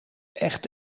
echt